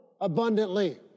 abundantly